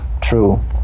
true